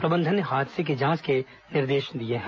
प्रबंधन ने हादसे की जांच के निर्देश दिए हैं